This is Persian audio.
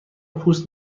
پوست